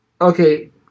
Okay